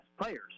players